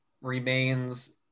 remains